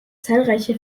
zahlreiche